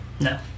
No